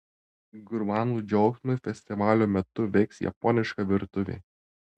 gurmanų džiaugsmui festivalio metu veiks japoniška virtuvė